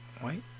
white